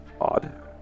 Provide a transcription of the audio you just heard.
odd